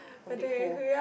a big hole